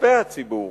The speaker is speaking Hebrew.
כספי הציבור